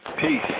Peace